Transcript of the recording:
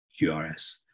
QRS